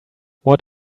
what